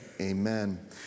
Amen